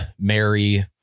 Mary